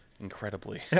Incredibly